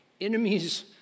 enemies